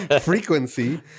Frequency